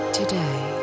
today